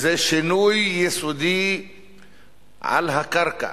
שזה שינוי יסודי על הקרקע